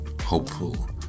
hopeful